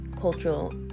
cultural